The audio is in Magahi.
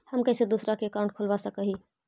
हम कैसे दूसरा का अकाउंट खोलबा सकी ही?